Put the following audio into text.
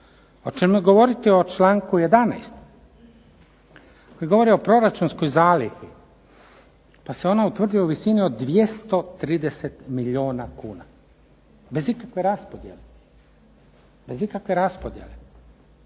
Hoćemo govoriti o članku 11., koji govori o proračunskoj zalihi, pa se ona utvrđuje u visini od 230 milijuna kuna, bez ikakve raspodjele. Kako će se